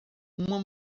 uma